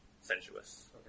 sensuous